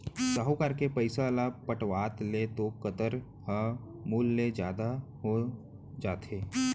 साहूकार के पइसा ल पटावत ले तो कंतर ह मूर ले जादा हो जाथे